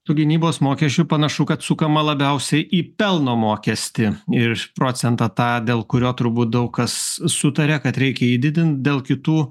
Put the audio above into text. tų gynybos mokesčių panašu kad sukama labiausiai į pelno mokestį ir procentą tą dėl kurio turbūt daug kas sutaria kad reikia jį didint dėl kitų